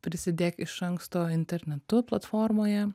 prisidėk iš anksto internetu platformoje